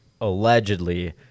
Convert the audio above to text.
Allegedly